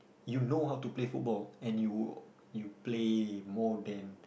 you know how to play football and you you play more than